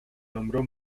nombró